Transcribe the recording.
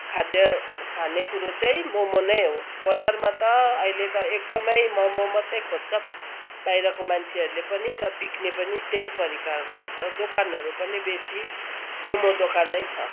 खाद्य खानेकुरो चाहिँ मोमो नै हो बजारमा त अहिले त एकदम मोमो मात्रै खोज्छ बाहिरको मान्छेहरूले पनि र बिक्ने पनि त्यही परिकार हो र दोकानहरू पनि बेसी मोमो दोकानै छ